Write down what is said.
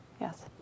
Yes